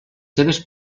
seves